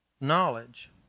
knowledge